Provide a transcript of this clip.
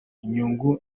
inyungu